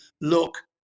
look